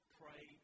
pray